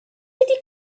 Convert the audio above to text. wedi